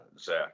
Zach